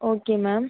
okay ma'am